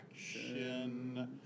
action